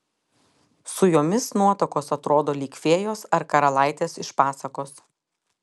su jomis nuotakos atrodo lyg fėjos ar karalaitės iš pasakos